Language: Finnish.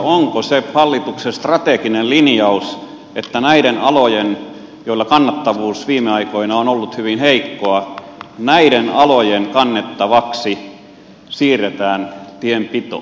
onko se hallituksen strateginen linjaus että näiden alojen joilla kannattavuus viime aikoina on ollut hyvin heikkoa kannettavaksi siirretään tienpito